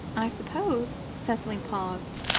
i suppose cicely paused,